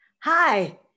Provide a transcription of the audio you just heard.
Hi